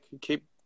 keep